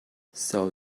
sow